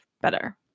better